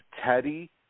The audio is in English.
Teddy